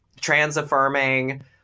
trans-affirming